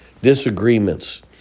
disagreements